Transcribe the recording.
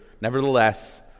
Nevertheless